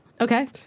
Okay